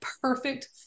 perfect